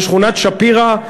ושכונת-שפירא,